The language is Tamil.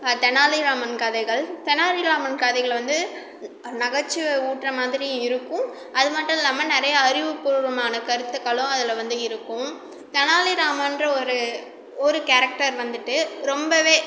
தெனாலிராமன் கதைகள் தெனாலிராமன் கதைகளில் வந்து நகைச்சுவை ஊட்டுற மாதிரி இருக்கும் அது மட்டும் இல்லாமல் நிறையா அறிவுப் பூர்வமான கருத்துக்களும் அதில் வந்து இருக்கும் தெனாலிராமன்ற ஒரு ஒரு கேரக்ட்டர் வந்துவிட்டு ரொம்பவே